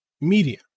media